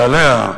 שעליה,